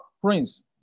prince